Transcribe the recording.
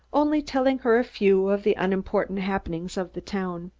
only telling her a few of the unimportant happenings of the town.